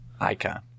Icon